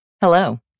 Hello